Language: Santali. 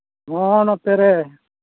ᱱᱚᱜᱼᱚ ᱱᱚᱛᱮ ᱨᱮ